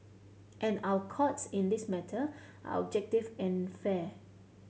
and our Courts in this matter are objective and fair